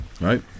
Right